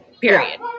period